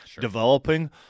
developing